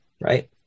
right